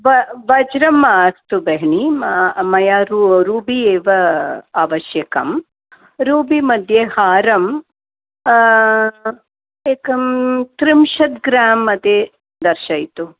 व वज्रं मास्तु बेहिनी किं म मया रूबी एव आवश्यकं रूबी मध्ये हारं एकं त्रिंशत् ग्रां मध्ये दर्शयतु